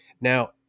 Now